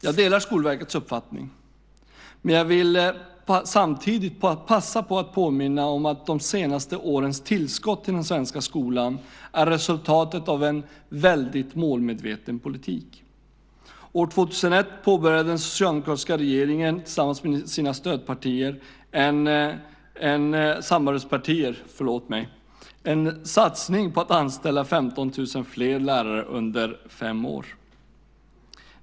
Jag delar Skolverkets uppfattning, men jag vill samtidigt passa på att påminna om att de senaste årens tillskott till den svenska skolan är resultatet av en väldigt målmedveten politik. År 2001 påbörjade den socialdemokratiska regeringen tillsammans med sina samarbetspartier en satsning på att anställa 15 000 fler lärare under fem år.